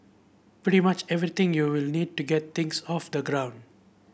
pretty much everything you will need to get things off the ground